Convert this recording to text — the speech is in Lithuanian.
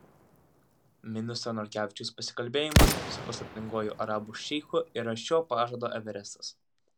ministro narkevičiaus pasikalbėjimas su paslaptinguoju arabų šeichu yra šio pažado everestas